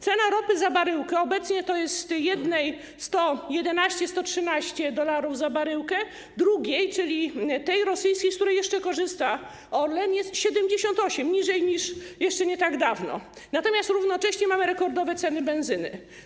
Cena ropy za baryłkę, jednej, to obecnie 111-113 dolarów, drugiej, czyli tej rosyjskiej, z której jeszcze korzysta Orlen, to 78, mniej niż jeszcze nie tak dawno, natomiast równocześnie mamy rekordowe ceny benzyny.